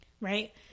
Right